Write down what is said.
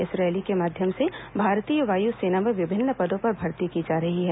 इस रैली के माध्यम से भारतीय वायु सेना में विभिन्न पदों पर भर्ती की जा रही है